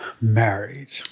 married